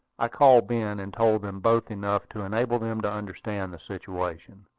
i called ben, and told them both enough to enable them to understand the situation,